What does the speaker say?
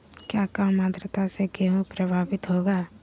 क्या काम आद्रता से गेहु प्रभाभीत होगा?